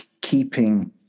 keeping